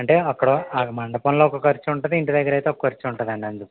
అంటే అక్కడ మండపంలో ఒక ఖర్చు ఉంటుంది ఇంటి దగ్గర అయితే ఒక ఖర్చు ఉంట దండి అందుకు